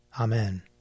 Amen